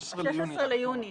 שהופקדו עד 16 ביוני.